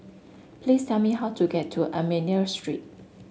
please tell me how to get to Armenian Street